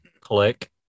Click